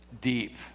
deep